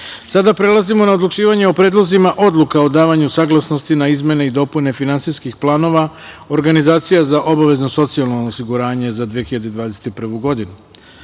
prelazimo na odlučivanje o predlozima odluka o davanju saglasnosti na izmene i dopune finansijskih planova organizacija za obavezno socijalno osiguranje za 2021. godinu.1.